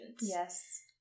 Yes